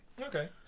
Okay